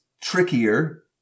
trickier